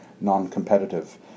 non-competitive